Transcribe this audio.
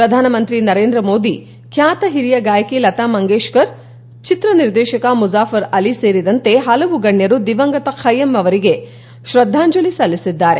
ಪ್ರಧಾನಮಂತ್ರಿ ನರೇಂದ್ರ ಮೋದಿ ಖ್ಯಾತ ಹಿರಿಯ ಗಾಯಕಿ ಲತಾ ಮಂಗೇಷ್ಕರ್ ಚಿತ್ರ ನಿರ್ದೇಶಕ ಮುಜಾಫರ್ ಅಲಿ ಸೇರಿದಂತೆ ಹಲವು ಗಣ್ಯರು ದಿವಂಗತ ಕೈಯ್ಯಂ ಅವರಿಗೆ ತ್ರದ್ಧಾಂಜಲಿ ಸಲ್ಲಿಸಿದ್ದಾರೆ